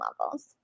levels